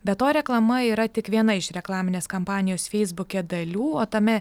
be to reklama yra tik viena iš reklaminės kampanijos feisbuke dalių o tame